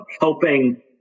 helping